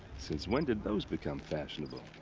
since when did those become fashionable?